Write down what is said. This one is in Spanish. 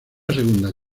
segunda